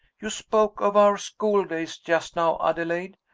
you spoke of our school days just now adelaide.